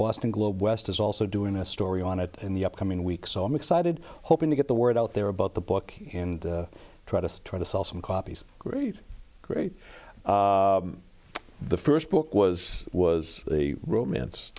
boston globe west is also doing a story on it in the upcoming week so i'm excited hoping to get the word out there about the book and try to try to sell some copies great great the first book was was the romance